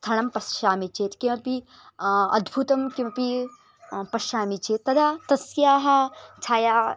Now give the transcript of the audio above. स्थलं पश्यामि चेत् किमपि अद्भुतं किमपि पश्यामि चेत् तदा तस्याः छाया